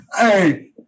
Hey